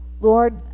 lord